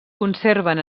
conserven